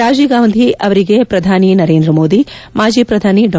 ರಾಜೀವ್ ಗಾಂಧಿ ಅವರಿಗೆ ಪ್ರಧಾನಿ ನರೇಂದ್ರಮೋದಿ ಮಾಜಿ ಪ್ರಧಾನಿ ಡಾ